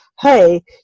hey